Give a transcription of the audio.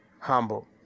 humble